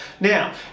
Now